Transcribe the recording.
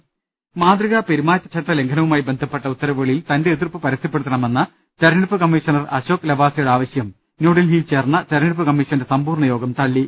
്്്്്്് മാതൃകാ പെരുമാറ്റ ചട്ടലംഘനവുമായി ബന്ധപ്പെട്ട ഉത്തരവുകളിൽ തന്റെ എതിർപ്പ് പരസ്യപ്പെടുത്തണമെന്ന തെരഞ്ഞെടുപ്പ് കമ്മീഷണർ അശോക് ലവാസയുടെ ആവശ്യം ന്യൂഡൽഹിയിൽ ചേർന്ന തെരഞ്ഞെടുപ്പ് കമ്മീഷന്റെ സമ്പൂർണ്ണയോഗം തള്ളി